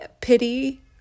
pity